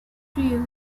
crew